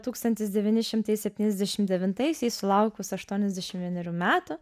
tūkstantis devyni šimtai septyniasdešim devintaisiais sulaukus aštuoniasdešim vienerių metų